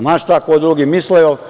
ma šta drugi mislio.